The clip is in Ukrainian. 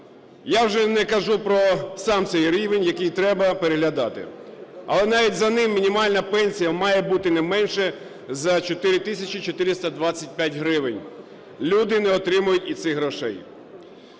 Я вже не кажу про сам цей рівень, який треба переглядати. Але навіть за ним мінімальна пенсія має бути не менше за 4 тисячі 425 гривень. Люди не отримують і цих грошей.